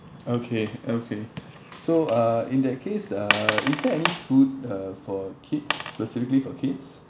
okay okay so uh in that case uh is there any food uh for kids specifically for kids